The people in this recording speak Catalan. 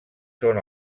són